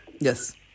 Yes